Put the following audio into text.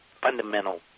fundamental